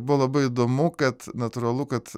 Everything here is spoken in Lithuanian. buvo labai įdomu kad natūralu kad